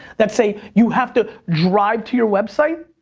that say, you have to drive to your website.